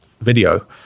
video